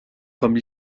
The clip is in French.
comme